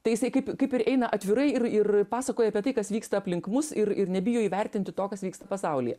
tai jisai kaip kaip ir eina atvirai ir ir pasakoja apie tai kas vyksta aplink mus ir ir nebijo įvertinti to kas vyksta pasaulyje